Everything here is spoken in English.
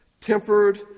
tempered